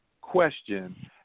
Question